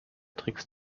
tricks